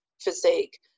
physique